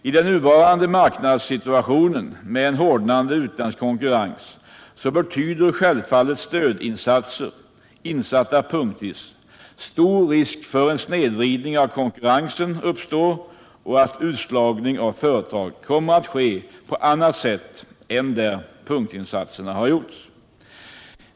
I den nuvarande marknadssituationen med en hårdnande utländsk konkurrens betyder självfallet punktvis insatta stödåtgärder stor risk för att snedvridning av konkurrensen uppstår och att utslagning av företag kommer att ske på annat håll än där punktinsatserna har gjorts.